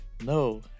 No